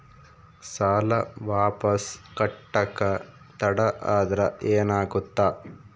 ಸಾಲ ವಾಪಸ್ ಕಟ್ಟಕ ತಡ ಆದ್ರ ಏನಾಗುತ್ತ?